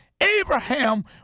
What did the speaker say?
Abraham